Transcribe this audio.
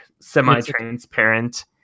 semi-transparent